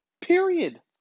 Period